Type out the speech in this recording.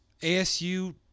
ASU